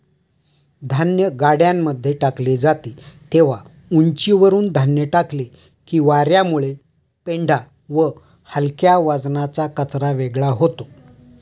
धान्य गाड्यांमध्ये टाकले जाते तेव्हा उंचीवरुन धान्य टाकले की वार्यामुळे पेंढा व हलक्या वजनाचा कचरा वेगळा होतो